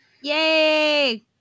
Yay